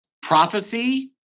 Prophecy